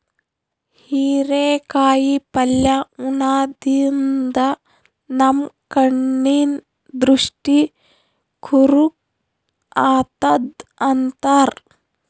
ಹಿರೇಕಾಯಿ ಪಲ್ಯ ಉಣಾದ್ರಿನ್ದ ನಮ್ ಕಣ್ಣಿನ್ ದೃಷ್ಟಿ ಖುರ್ ಆತದ್ ಅಂತಾರ್